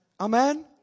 Amen